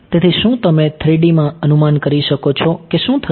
તેથી શું તમે 3D માં અનુમાન કરી શકો છો કે શું થશે